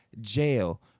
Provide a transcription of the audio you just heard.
jail